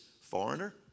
foreigner